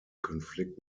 konflikt